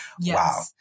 Wow